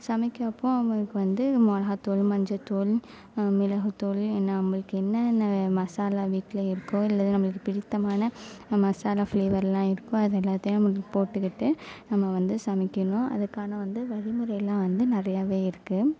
சமைக்கறப்போ நம்மளுக்கு வந்து மிளகா தூள் மஞ்ச தூள் மிளகு தூள் நம்பளுக்கு என்னென்ன மசாலா வீட்டில் இருக்கோ இல்லது நம்மளுக்கு பிடித்தமான மசாலா ஃப்ளேவர்லாம் இருக்கோ அது எல்லாத்தையும் நம்மளுக்கு போட்டு கிட்டு நம்ம வந்து சமைக்கணும் அதுக்கான வந்து வழி முறைலாம் வந்து நிறையவே இருக்கு